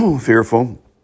fearful